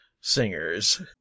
singers